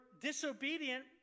disobedient